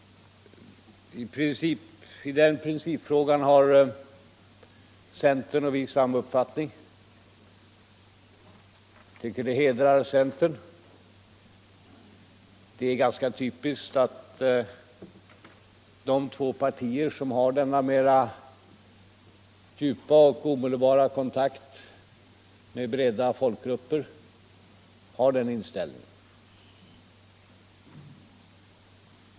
I den principfrågan har centern och vi samma uppfattning. Det tycker jag hedrar centern. Det är ganska typiskt att de två partier som har en mer djup och omedelbar kontakt med breda folkliga grupper har den inställningen.